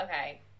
okay